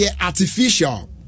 artificial